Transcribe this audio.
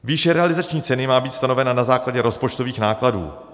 Výše realizační ceny má být stanovena na základě rozpočtových nákladů.